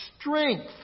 strength